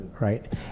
right